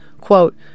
Quote